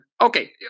Okay